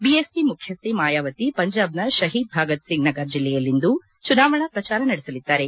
BSP ಮುಖ್ಚಿಹ್ನೆ ಮಾಯವಾತಿ ಪಂಜಾಬ್ನ ಶಹೀದ್ ಭಾಗತ್ ಸಿಂಗ್ ನಗರ್ ಜಿಲ್ಲೆಯಲ್ಲಿಂದು ಚುನಾವಣಾ ಪ್ರಚಾರ ನಡೆಸಲಿದ್ದಾರೆ